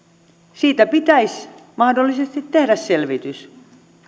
siitä pitäisi mahdollisesti tehdä selvitys